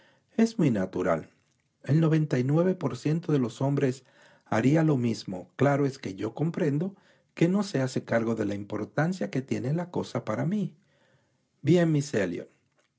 es muy natural el noventa y nueve por ciento de los hombres haría lo mismo claro es que yo comprendo que no se hace cargo de la importancia que tiene la cosa para mí bien